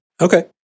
okay